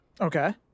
Okay